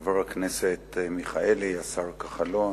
חבר הכנסת מיכאלי, השר כחלון,